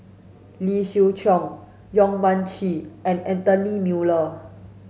Lee Siew Choh Yong Mun Chee and Anthony Miller